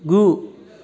गु